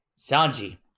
Sanji